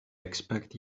expect